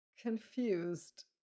confused